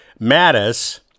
Mattis